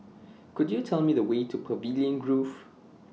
Could YOU Tell Me The Way to Pavilion Grove